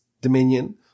Dominion